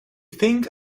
think